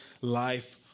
life